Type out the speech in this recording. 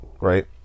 right